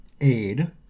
aid